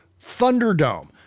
Thunderdome